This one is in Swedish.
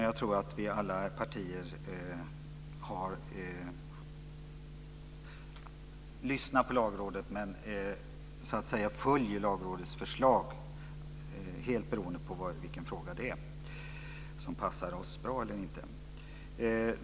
Jag tror att vi alla partier har lyssnat på Lagrådet, men att vi följer Lagrådets förslag helt beroende på vilken fråga det gäller och om förslaget passar oss bra eller inte.